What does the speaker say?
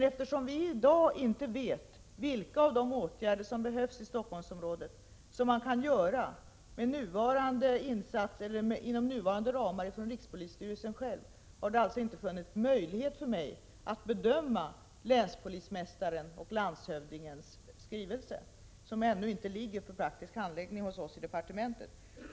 Eftersom vi i dag inte vet vilka av de åtgärder som behövs i Stockholmsområdet som kan vidtas av rikspolisstyrelsen själv inom nuvarande ramar, har det inte funnits möjligheter för mig att bedöma länspolismästarens och landshövdingens skrivelse, som alltså ännu inte ligger för praktisk handläggning hos oss i departementet.